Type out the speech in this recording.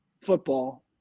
football